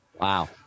Wow